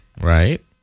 Right